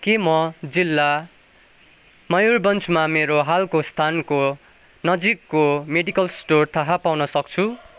के म जिल्ला मयुरबन्चमा मेरो हालको स्थानको नजिकको मेडिकल स्टोर थाहा पाउन सक्छु